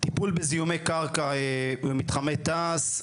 טיפול בזיהומי קרקע במתחמי תעש,